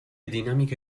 dinamiche